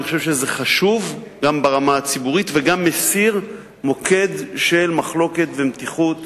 אני חושב שזה חשוב גם ברמה הציבורית וגם מסיר מוקד של מחלוקת ומתיחות